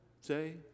say